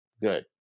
Good